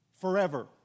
Forever